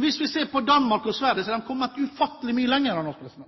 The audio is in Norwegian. Hvis vi ser på Danmark og Sverige, er de kommet ufattelig mye lenger enn oss.